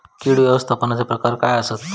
कीड व्यवस्थापनाचे प्रकार काय आसत?